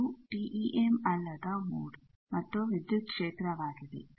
ಇದು ಟಿಈಎಮ್ ಅಲ್ಲದ ಮೋಡ್ ಮತ್ತು ವಿದ್ಯುತ್ ಕ್ಷೇತ್ರವಾಗಿದೆ